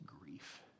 grief